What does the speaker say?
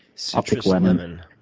i'll pick lemon.